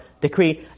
decree